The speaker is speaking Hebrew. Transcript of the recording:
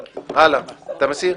אתה מסיר?